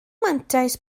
mantais